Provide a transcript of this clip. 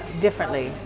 differently